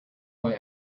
why